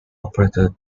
operator